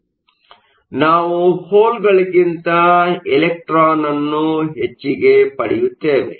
ಆದ್ದರಿಂದ ನಾವು ಹೋಲ್ಸ್ಗಳಿಗಿಂತ ಎಲೆಕ್ಟ್ರಾನ್ಗಳನ್ನು ಹೆಚ್ಚಿಗೆ ಪಡೆಯುತ್ತೇವೆ